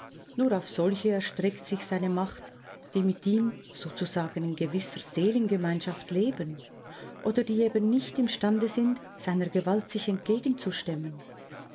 nur auf solche erstreckt sich seine macht die mit ihm sozusagen in gewisser seelengemeinschaft leben oder die eben nicht imstande sind seiner gewalt sich entgegenzustemmen